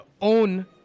own